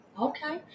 Okay